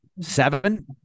Seven